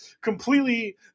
completely